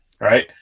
right